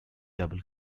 double